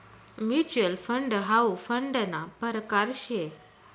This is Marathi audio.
म्युच्युअल फंड हाउ फंडना परकार शे